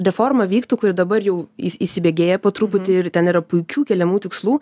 reforma vyktų kuri dabar jau į įsibėgėja po truputį ir ten yra puikių keliamų tikslų